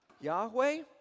Yahweh